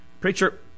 Preacher